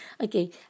Okay